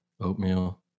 Oatmeal